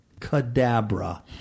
Cadabra